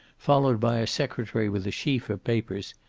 followed by a secretary with a sheaf of papers,